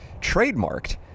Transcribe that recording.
trademarked